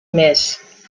més